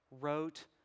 wrote